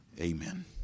Amen